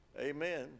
Amen